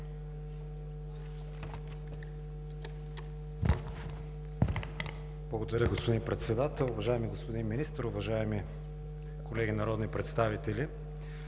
Благодаря, господин Председател. Уважаеми господин Министър, уважаеми колеги народни представители!